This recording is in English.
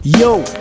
Yo